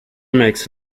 makes